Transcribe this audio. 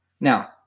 Now